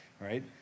right